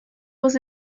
was